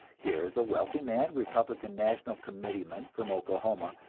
here is a wealthy man, republican national committeeman from oklahoma,